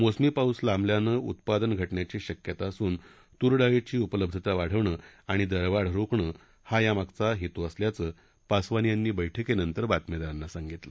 मोसमी पाऊस लाबल्यान उत्पादन घटण्याची शक्यता असल्यानं तूर डाळीची उपलब्धता वाढवणं आणि दरवाढ रोखणं हा यामागचा हेतू असल्याचं पासवान यांनी बैठकीनंतर बातमीदारांना सांगितलं